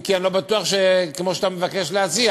אם כי אני לא בטוח, כמו שאתה מבקש להציע,